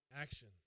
action